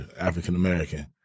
African-American